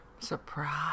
surprise